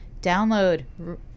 download